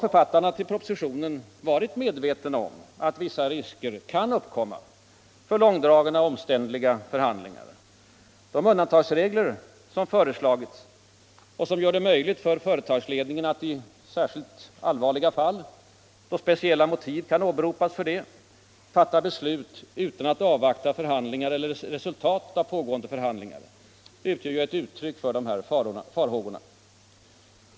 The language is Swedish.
Författarna till propositionen har varit medvetna om att vissa risker kan uppkomma för långdragna och omständliga förhandlingar. De undantagsregler som föreslagits och som gör det möjligt för företagsledningen att i särskilt allvarliga fall, då speciella motiv kan åberopas, fatta beslut utan att avvakta förhandlingar eller resultat av pågående förhandlingar, utgör ett uttryck för dessa farhågor.